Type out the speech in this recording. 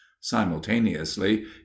Simultaneously